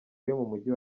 mujyi